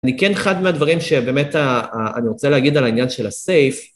אני כן, אחד מהדברים שבאמת אני רוצה להגיד על העניין של הסייף,